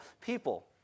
people